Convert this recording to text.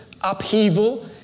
upheaval